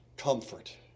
comfort